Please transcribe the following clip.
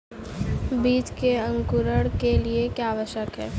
बीज के अंकुरण के लिए क्या आवश्यक है?